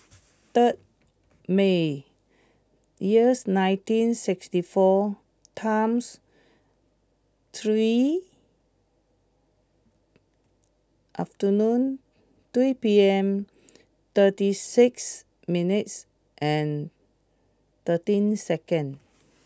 third May years nineteen sixty four times three afternoon two P M thirty six minutes and thirteen seconds